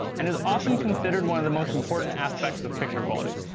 and is often considered one of the most important aspects of picture quality.